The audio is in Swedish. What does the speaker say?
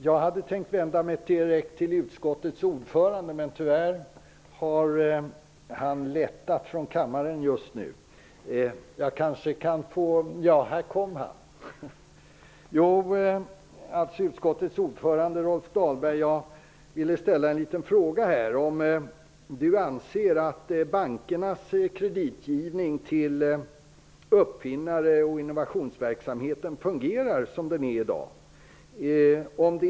Herr talman! Jag vänder mig direkt till utskottets ordförande Rolf Dahlberg med en fråga. Anser Rolf Dahlberg att bankernas kreditgivning till uppfinnare och innovationsverksamhet fungerar i dag?